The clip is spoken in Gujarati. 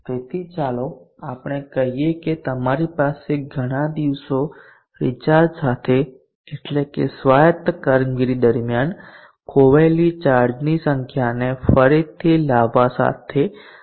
તેથી ચાલો આપણે કહીએ કે તમારી પાસે ઘણા દિવસો રિચાર્જ સાથે એટલેકે સ્વાયત્ત કામગીરી દરમિયાન ખોવાયેલી ચાર્જની સંખ્યાને ફરીથી લાવવા સાથે સંકળાયેલા છે